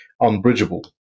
unbridgeable